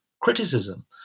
criticism